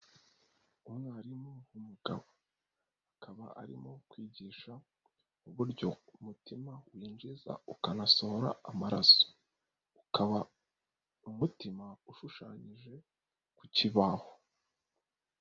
Umwarimu w'umugabo akaba arimo kwigisha uburyo umutima winjiza ukanasohora amaraso, ukaba umutima ushushanyije ku kibaho.